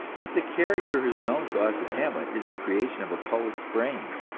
but the character who is known to us as hamlet is the creation of a poet's brain.